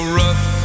rough